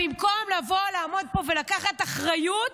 במקום לבוא, לעמוד פה ולקחת אחריות,